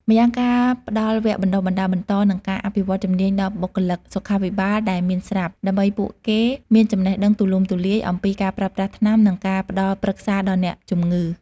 ម្យ៉ាងការផ្ដល់វគ្គបណ្ដុះបណ្ដាលបន្ត និងការអភិវឌ្ឍជំនាញដល់បុគ្គលិកសុខាភិបាលដែលមានស្រាប់ ដើម្បីឱ្យពួកគេមានចំណេះដឹងទូលំទូលាយអំពីការប្រើប្រាស់ថ្នាំ និងការផ្ដល់ប្រឹក្សាដល់អ្នកជំងឺ។